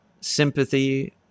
Sympathy